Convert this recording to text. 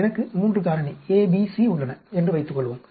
எனக்கு 3 காரணி A B C உள்ளன என்று வைத்துக்கொள்வோம்